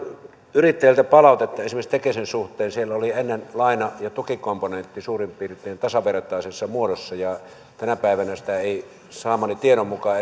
yrittäjiltä palautetta esimerkiksi tekesin suhteen siellä olivat ennen laina ja tukikomponentti suurin piirtein tasavertaisessa muodossa ja tänä päivänä niin ei saamani tiedon mukaan